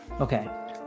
Okay